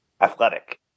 athletic